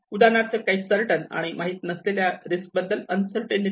उदा काही सर्टन काही माहीत नसलेल्या रिस्क बद्दल उन्सर्टींटी